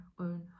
own